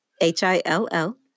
H-I-L-L